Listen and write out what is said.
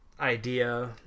idea